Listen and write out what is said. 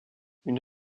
une